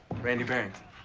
randy barrington.